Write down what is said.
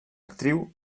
actriu